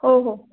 हो हो